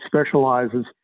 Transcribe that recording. specializes